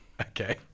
Okay